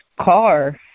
car